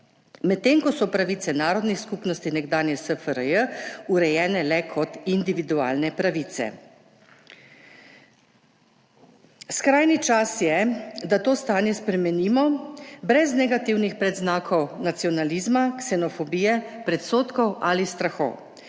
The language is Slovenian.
medtem ko so pravice narodnih skupnosti nekdanje SFRJ urejene le kot individualne pravice. Skrajni čas je, da to stanje spremenimo brez negativnih predznakov nacionalizma, ksenofobije, predsodkov ali strahov.